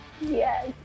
Yes